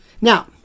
Now